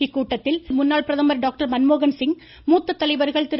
இக்கூட்டத்தில் முன்னாள் பிரதமர் டாக்டர் மன்மோகன்சிங் கட்சியின் மூத்த தலைவர்கள் திரு